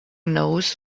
knows